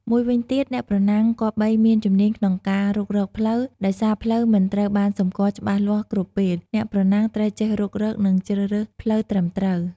មួយវិញទៀតអ្នកប្រណាំងគប្បីមានជំនាញក្នុងការរុករកផ្លូវ ដោយសារផ្លូវមិនត្រូវបានសម្គាល់ច្បាស់លាស់គ្រប់ពេល អ្នកប្រណាំងត្រូវចេះរុករក និងជ្រើសរើសផ្លូវត្រឹមត្រូវ។